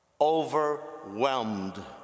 Overwhelmed